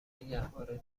گهواره